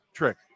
trick